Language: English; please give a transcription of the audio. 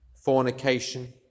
Fornication